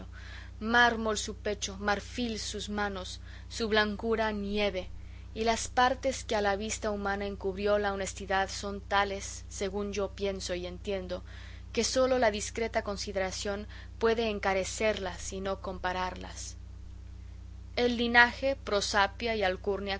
mármol su pecho marfil sus manos su blancura nieve y las partes que a la vista humana encubrió la honestidad son tales según yo pienso y entiendo que sólo la discreta consideración puede encarecerlas y no compararlas el linaje prosapia y alcurnia